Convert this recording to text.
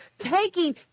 taking